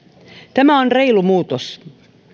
tämä on reilu muutos